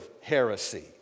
heresy